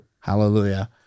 Hallelujah